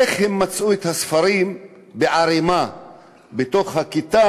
מצאו את הספרים בערמה בכיתה,